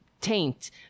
taint